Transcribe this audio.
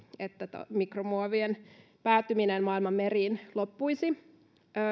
että mikromuovien päätyminen maailman meriin loppuisi